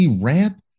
ramp